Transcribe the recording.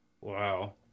wow